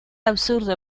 absurdo